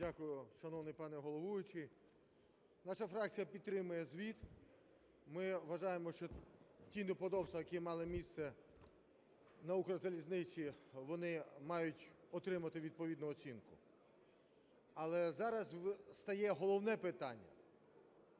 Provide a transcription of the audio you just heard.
Дякую. Шановний пане головуючий, наша фракція підтримує звіт. Ми вважаємо, що ті неподобства, які мали місце на Укрзалізниці, вони мають отримати відповідну оцінку. Але зараз стає головне питання: